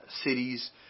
cities